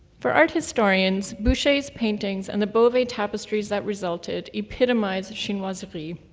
for art historians, boucher's paintings and the beauvais tapestries that resulted epitomized chinoiserie,